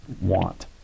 want